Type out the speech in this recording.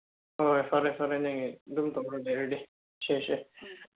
ꯍꯣꯏ ꯐꯔꯦ ꯐꯔꯦꯅꯦ ꯑꯗꯨꯝ ꯇꯧꯔ ꯂꯩꯔꯗꯤ ꯁꯦ ꯁꯦ